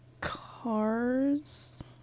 Cars